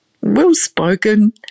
well-spoken